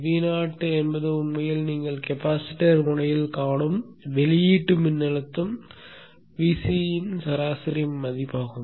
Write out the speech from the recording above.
Vo என்பது உண்மையில் நீங்கள் கெபாசிட்டர் முனையில் காணும் வெளியீட்டு மின்னழுத்த Vc இன் சராசரி மதிப்பாகும்